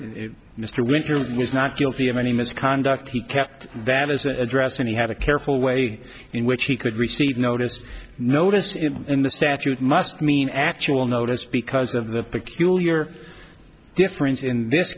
address mr winter was not guilty of any misconduct he kept that as the address and he had a careful way in which he could receive notice notice him in the statute must mean actual notice because of the peculiar difference in this